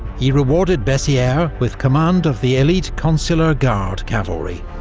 he rewarded bessieres with command of the elite consular guard cavalry